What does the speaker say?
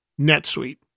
NetSuite